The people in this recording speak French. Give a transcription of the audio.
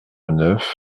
neuf